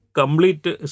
complete